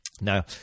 Now